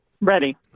Ready